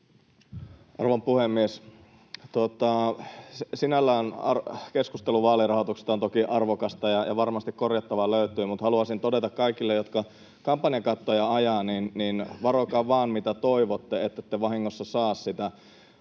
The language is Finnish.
Arvon puhemies! Sinällään keskustelu vaalirahoituksesta on toki arvokasta, ja varmasti korjattavaa löytyy, mutta haluaisin todeta kaikille, jotka kampanjakattoa ajavat, että varokaa vaan, mitä toivotte, ettette vahingossa saa sitä.